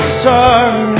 sorry